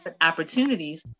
opportunities